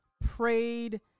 prayed